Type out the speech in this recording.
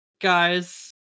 guys